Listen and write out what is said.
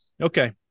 Okay